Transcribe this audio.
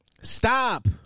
Stop